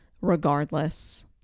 regardless